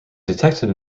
detected